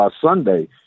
Sunday